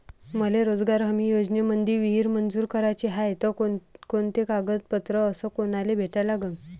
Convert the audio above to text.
मले रोजगार हमी योजनेमंदी विहीर मंजूर कराची हाये त कोनकोनते कागदपत्र अस कोनाले भेटा लागन?